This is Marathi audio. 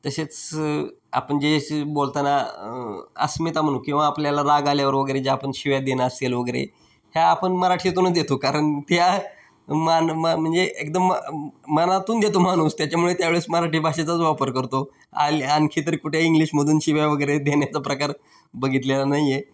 तसेच आपण जे बोलताना अस्मिता म्हणू किंवा आपल्याला राग आल्यावर वगैरे ज्या आपण शिव्या देणं असेल वगैरे ह्या आपण मराठीतूनच देतो कारण त्या मान म म्हणजे एकदम मनातून देतो माणूस त्याच्यामुळे त्यावेळेस मराठी भाषेचाच वापर करतो आली आणखी तरी कुठे इंग्लिशमधून शिव्या वगैरे देण्याचा प्रकार बघितलेला नाही आहे